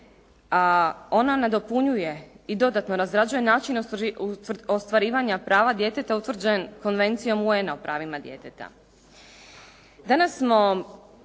ona nadopunjuje i dodatno razrađuje način ostvarivanja prava djeteta utvrđen konvencijom UN-a o pravima djeteta.